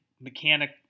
mechanic